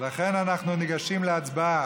לכן אנחנו ניגשים להצבעה.